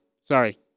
Sorry